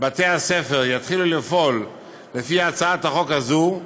בתי-הספר יתחילו לפעול לפי הצעת החוק הזו,